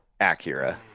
Acura